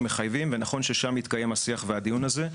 מחייבים ונכון ששם יתקיים השיח והדיון הזה.